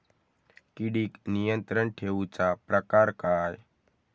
किडिक नियंत्रण ठेवुचा प्रकार काय?